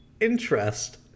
interest